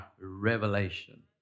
revelation